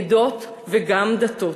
עדות וגם דתות.